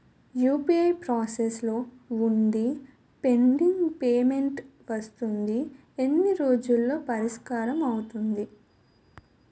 UPI process లో వుందిపెండింగ్ payment వస్తుంది ఎన్ని రోజుల్లో పరిష్కారం అవుతుంది